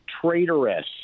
traitorous